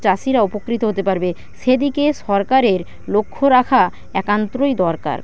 চাষীরা উপকৃত হতে পারবে সেদিকে সরকারের লক্ষ্য রাখা একান্তই দরকার